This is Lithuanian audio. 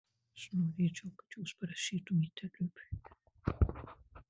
aš norėčiau kad jūs parašytumėte lubiui